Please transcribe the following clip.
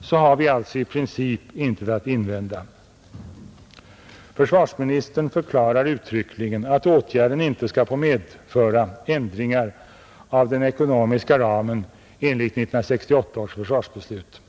så har vi alltså i princip intet att invända. Försvarsministern förklarar uttryckligen att åtgärden inte skall få medföra ändringar av den ekonomiska ramen enligt 1968 års försvarsbeslut.